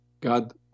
God